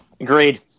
Agreed